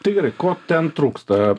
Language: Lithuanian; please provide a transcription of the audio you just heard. tai gerai ko ten trūksta